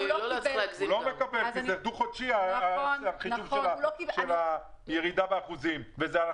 הוא לא מקבל כי החישוב של הירידה באחוזים הוא דו-חודשי.